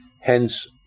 Hence